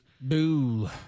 Boo